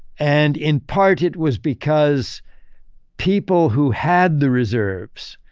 and in part, it was because people who had the reserves,